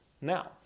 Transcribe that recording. Now